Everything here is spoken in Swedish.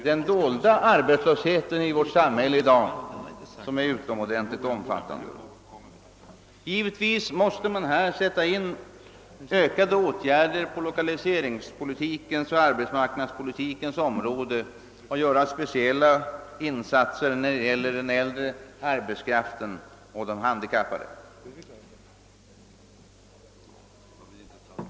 Den dolda arbetslösheten i vårt samhälle är i dag utomordentligt omfattande. Givetvis måste man här sätta in ökade åtgärder på lokaliseringspolitikens och arbetsmarknadspolitikens område och göra speciella insatser när det gäller den äldre arbetskraften och de handikappade.